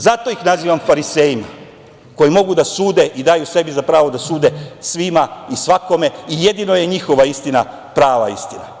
Zato ih nazivam farisejima koji mogu da sude i daju sebi za pravo da sude svima i svakome i jedino je njihova istina prava istina.